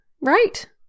Right